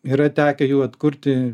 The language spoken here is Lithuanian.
yra tekę jų atkurti